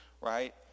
right